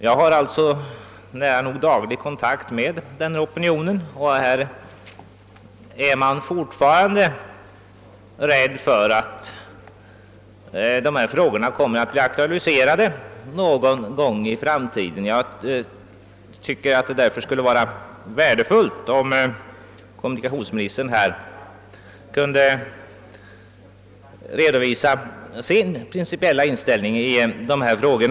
Jag har nära nog daglig kontakt med den lokala opinionen. Man fruktar fortfarande att sådana åtgärder skall bli aktualiserade någon gång i framtiden. Jag tycker därför att det skulle vara värdefullt om kommunikationsministern nu ville redovisa sin principiella inställning i dessa frågor.